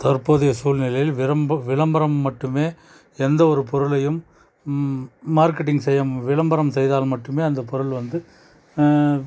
தற்போதைய சூழ்நிலையில் வெறும் விளம்பரம் மட்டுமே எந்த ஒரு பொருளையும் மார்கெட்டிங் செய்ய விளம்பரம் செய்தால் மட்டுமே அந்த பொருள் வந்து